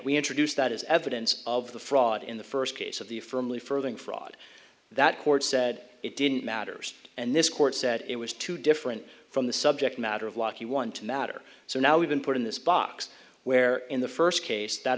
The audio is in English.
we introduce that as evidence of the fraud in the first case of the firmly furthering fraud that court said it didn't matter and this court said it was too different from the subject matter of lucky one to matter so now we've been put in this box where in the first case that